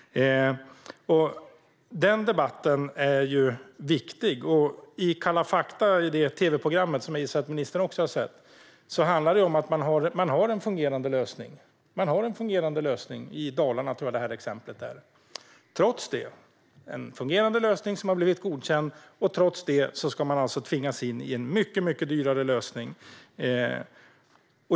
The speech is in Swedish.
Denna debatt är viktig. I tv-programmet Kalla fakta , som jag gissar att ministern också har sett, handlade det om att man har en fungerande lösning. Jag tror att exemplet hämtades från Dalarna. Trots att man i detta fall har en fungerande lösning som har blivit godkänd ska man tvingas in i en mycket dyrare lösning.